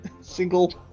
single